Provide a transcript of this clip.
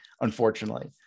unfortunately